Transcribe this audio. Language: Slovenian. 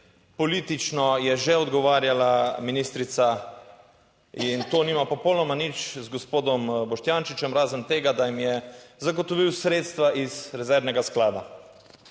Politično je že odgovarjala ministrica in to nima popolnoma nič z gospodom Boštjančičem, razen tega da jim je zagotovil sredstva iz rezervnega sklada.